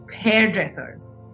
hairdressers